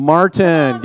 Martin